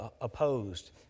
opposed